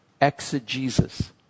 exegesis